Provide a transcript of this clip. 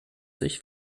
sich